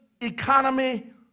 economy